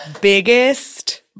biggest